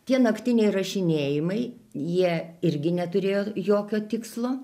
tie naktiniai rašinėjimai jie irgi neturėjo jokio tikslo